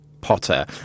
Potter